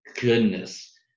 goodness